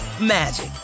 magic